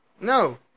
no